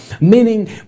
Meaning